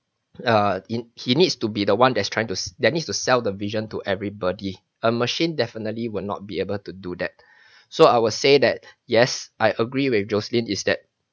err in he needs to be the one that is trying to that needs to sell the vision to everybody a machine definitely will not be able to do that so I will say that yes I agree with jocelyn is that